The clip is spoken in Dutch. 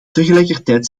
tegelijkertijd